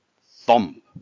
thump